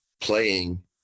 playing